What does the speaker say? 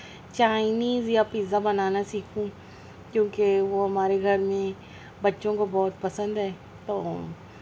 Chinese یا pizza بنانا سیکھوں کیونکہ وہ ہمارے گھر میں بچوں کو بہت پسند ہے تو